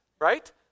right